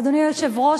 אדוני היושב-ראש,